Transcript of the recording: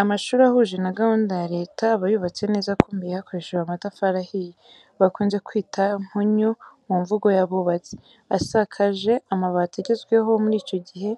Amashuri ahuje na gahunda ya leta, aba yubatse neza akomeye hakoreshejwe amatafari ahiye, bakunze kwita mpunyu mu mvugo y'abubatsi, asakaje amabati agezweho muri icyo gihe,